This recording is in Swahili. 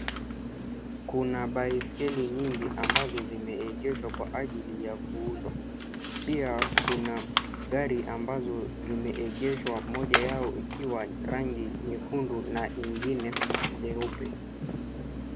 Kuna baiskeli nyingi ambazo zimeegeshwa kwa ajili ya kuuzwa. Pia kuna gari ambazo zimeegeshwa moja yao ikiwa rangi nyekundu na ingine nyeupe.